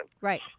Right